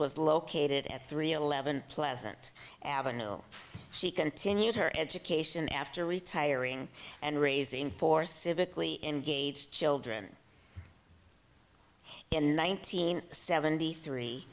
was located at three eleven pleasant avenue she continued her education after retiring and raising four civically engaged children and nineteen seventy three